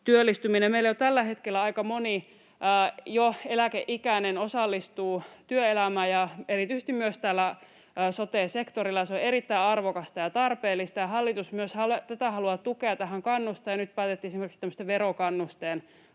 työllistymisen. Meillä jo tällä hetkellä aika moni eläkeikäinen osallistuu työelämään ja erityisesti myös sote-sektorilla. Se on erittäin arvokasta ja tarpeellista, ja hallitus myös tätä haluaa tukea ja tähän kannustaa, ja nyt riihessä päätettiin esimerkiksi tämmöisen verokannusteen